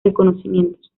reconocimientos